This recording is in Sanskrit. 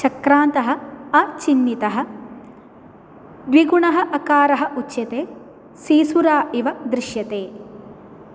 चक्रान्तः अ चिह्नितः द्विगुणः अकारः उच्यते सीसुरा इव दृश्यते